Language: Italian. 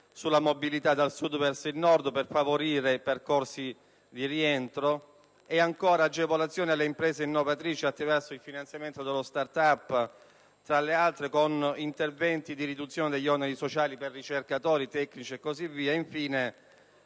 alla mobilità dal Sud verso il Nord, per favorire percorsi di rientro e, ancora, agevolazioni alle imprese innovatrici attraverso il finanziamento dello *start up*, tra l'altro con interventi di riduzione degli oneri sociali per ricercatori, tecnici e altre